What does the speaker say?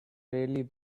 really